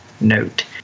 note